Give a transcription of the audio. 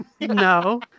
No